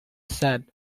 sad